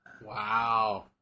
Wow